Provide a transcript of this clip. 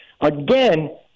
Again